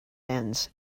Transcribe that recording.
ends